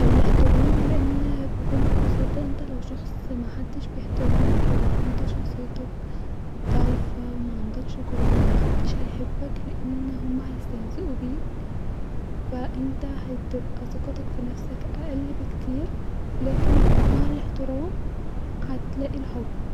الاحترام لان بكل بساطه انت لو شخص محدش بيحترمك-يبقي انت شخصيتك ضعيفه معندكش كرامه محدش هيحبك لان هما هيستهزأو بيك فا-انت هتقبي ثقتك في نفسك اقل بكتير لاكن مع الاحترام هتلاقي الحب